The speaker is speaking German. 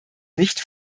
nicht